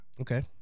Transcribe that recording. Okay